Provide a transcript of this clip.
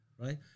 right